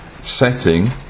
setting